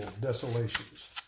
desolations